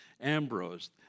Ambrose